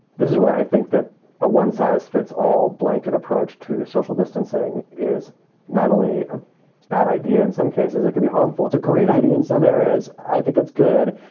this is why i think that a one size fits all blanket approach to social distancing is not only a bad idea, in some cases it can be harmful. it's a great idea in some areas. i think it's good.